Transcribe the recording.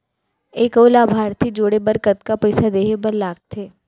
एक अऊ लाभार्थी जोड़े बर कतका पइसा देहे बर लागथे?